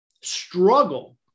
struggle